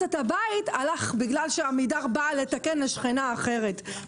את הבית הלכו כי עמידר באה לתקן לשכנה אחרת.